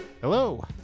hello